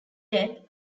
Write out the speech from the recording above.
death